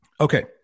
Okay